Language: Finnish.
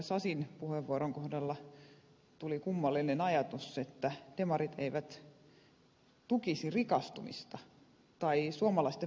sasin puheenvuoron kohdalla tuli kummallinen ajatus että demarit eivät tukisi rikastumista tai suomalaisten menestymistä